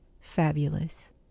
fabulous